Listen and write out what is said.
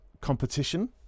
competition